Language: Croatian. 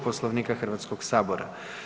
Poslovnika Hrvatskog sabora.